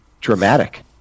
dramatic